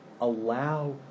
allow